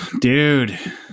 dude